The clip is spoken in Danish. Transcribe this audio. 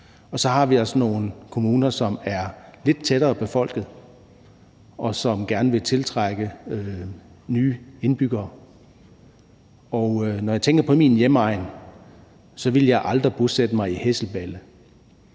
vi altså nogle kommuner, som er lidt tættere befolket, og som gerne vil tiltrække nye indbyggere. Og når jeg tænker på min hjemegn, ville jeg aldrig bosætte mig i Hesselballe,